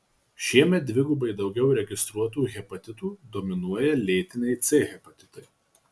šiemet dvigubai daugiau registruotų hepatitų dominuoja lėtiniai c hepatitai